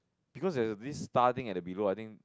because has a bliss starting at the below I think